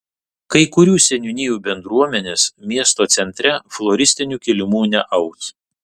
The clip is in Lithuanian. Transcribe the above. kai kurių seniūnijų bendruomenės miesto centre floristinių kilimų neaus